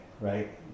right